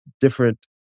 different